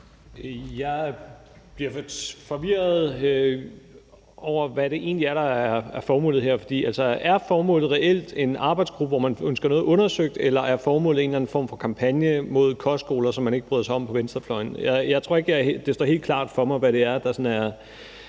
Jeg bliver forvirret over, hvad det egentlig er, der er formålet her. Er formålet reelt en arbejdsgruppe, hvor man ønsker noget undersøgt? Eller er formålet en form for kampagne mod kostskoler, som man ikke bryder sig om på venstrefløjen? Jeg tror ikke det står helt klart for mig, hvad det er, der sådan er